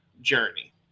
journey